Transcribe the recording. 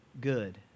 good